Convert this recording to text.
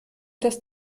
das